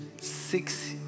Six